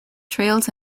trails